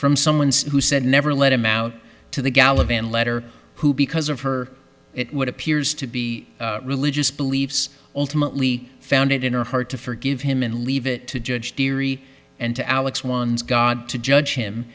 from someone who said never let him out to the gallop and letter who because of her it what appears to be religious beliefs ultimately found it in her heart to forgive him and leave it to judge theory and to alex one's god to judge him